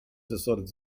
decided